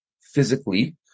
physically